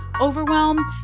overwhelm